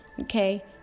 Okay